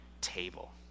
table